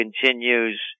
continues